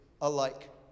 Alike